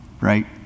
Right